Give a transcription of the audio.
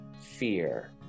fear